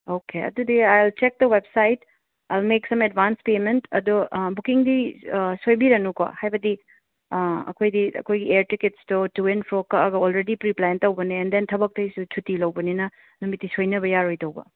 okay ꯑꯗꯨꯗꯤ I check the website I will make some advance payment ꯑꯗꯣ ꯕꯨꯀꯤꯡꯗꯤ ꯁꯣꯏꯕꯤꯔꯅꯨꯀꯣ ꯍꯥꯏꯕꯗꯤ ꯑꯩꯈꯣꯏꯗꯤ ꯑꯩꯈꯣꯏ ꯑꯦꯔ ꯇꯛꯀꯦꯠꯁꯇꯣ ꯇꯨ ꯑꯦꯟ ꯐ꯭ꯔꯣ ꯀꯛꯂꯒ ꯑꯣꯜꯔꯦꯗꯤ ꯄ꯭ꯔꯤꯄ꯭ꯂꯥꯟ ꯇꯧꯕꯅꯦ ꯗꯦꯟ ꯊꯕꯛꯇꯨꯁꯨ ꯁꯨꯇꯤ ꯂꯧꯕꯅꯤꯅ ꯅꯨꯃꯤꯠꯇꯤ ꯁꯣꯏꯅꯕ ꯌꯥꯔꯣꯏꯗꯧꯕ